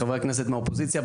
חברי הכנסת מהאופוזיציה,